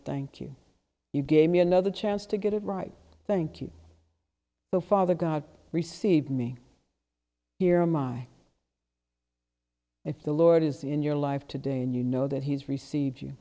thank you you gave me another chance to get it right thank you well father god receive me here my if the lord is in your life today and you know that he has received you